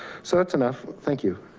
so that's enough, thank you.